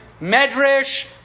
Medrash